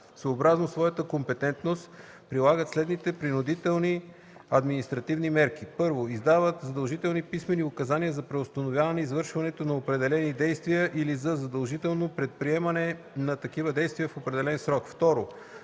съобразно своята компетентност прилагат следните принудителни административни мерки: 1. издават задължителни писмени указания за преустановяване извършването на определени действия или за задължително предприемане на такива действия в определен срок; 2.